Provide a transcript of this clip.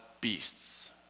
beasts